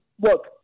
look